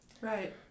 Right